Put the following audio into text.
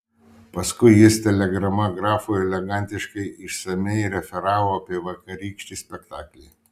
paskui jis telegrama grafui elegantiškai išsamiai referavo apie vakarykštį spektaklį